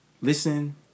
listen